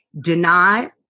deny